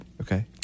Okay